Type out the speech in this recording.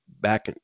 back